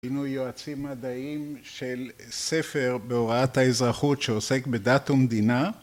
היינו יועצים מדעיים של ספר בהוראת האזרחות שעוסק בדת ומדינה